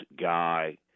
guy